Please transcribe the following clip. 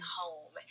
home